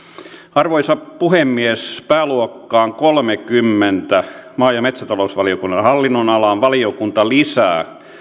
arvoisa puhemies pääluokkaan kolmekymmentä maa ja metsätalousvaliokunnan hallinnonalaan valiokunta lisää